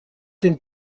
den